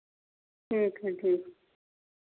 ठीक है ठीक है